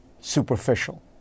superficial